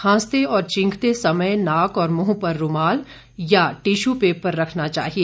खांसते और छींकते समय नाक और मुंह पर रूमाल अथवा टिश्यू पेपर रखना चाहिए